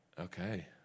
okay